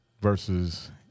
Versus